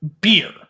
Beer